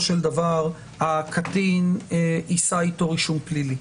של דבר הקטין יישא איתו רישום פלילי,